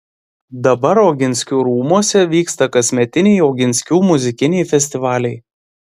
dabar oginskių rūmuose vyksta kasmetiniai oginskių muzikiniai festivaliai